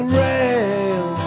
rail